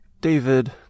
David